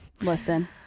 listen